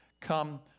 come